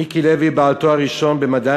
מיקי לוי הוא בעל תואר ראשון במדעי